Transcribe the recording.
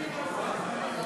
איזו הצעה חשובה.